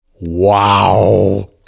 Wow